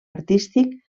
artístic